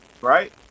right